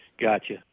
Gotcha